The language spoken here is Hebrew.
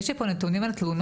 יש לי פה נתונים על תלונות,